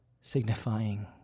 signifying